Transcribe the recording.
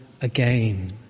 again